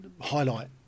highlight